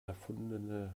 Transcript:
erfundene